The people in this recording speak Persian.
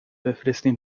بفرستین